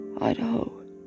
Idaho